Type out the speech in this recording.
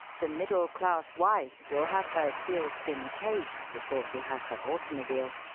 the middle-class wife will have her seal skin coat before she has her automobile.